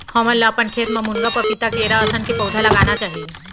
हमन ल अपन खेत म मुनगा, पपीता, केरा असन के पउधा लगाना चाही